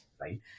right